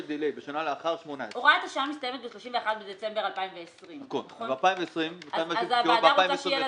הוראת השעה מסתיימת ב-31 בדצמבר 2020. אז הוועדה רוצה שיהיה לה